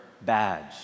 badge